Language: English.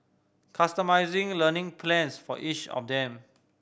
customising learning plans for each of them